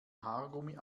haargummi